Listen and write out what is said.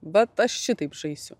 bet aš šitaip žaisiu